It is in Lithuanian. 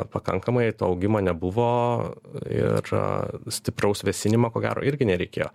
pakankamai to augimo nebuvo ir stipraus vėsinimo ko gero irgi nereikėjo